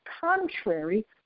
contrary